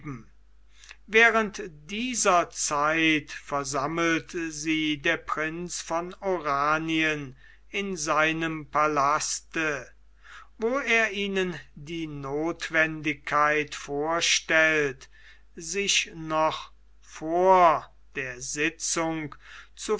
während dieser zeit versammelt sie der prinz von oranien in seinem palaste wo er ihnen die notwendigkeit vorstellt sich noch vor der sitzung